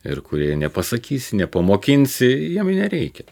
ir kurie nepasakysi nepamokinsi jiem nereikia